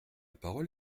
parole